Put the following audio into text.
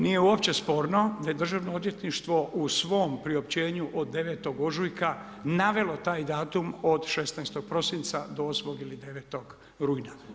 Nije uopće sporno da je Državno odvjetništvo u svom priopćenju od 9. ožujka navelo taj datum od 16. prosinca do 8. ili 9. rujna.